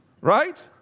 Right